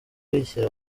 bishyira